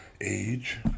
age